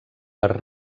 per